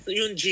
yung